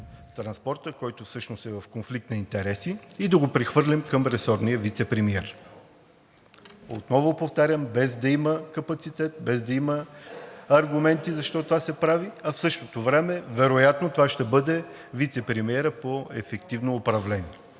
на транспорта, който всъщност е в конфликт на интереси, и да го прехвърлим към ресорния вицепремиер. Отново повтарям, без да има капацитет, без да има аргументи защо това се прави, а в същото време вероятно това ще бъде вицепремиерът по ефективно управление